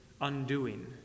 undoing